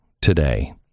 today